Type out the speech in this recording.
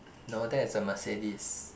no that's a Mercedes